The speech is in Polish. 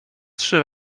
trzy